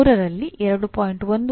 3 ಮತ್ತು 3 ರಲ್ಲಿ 2